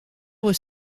with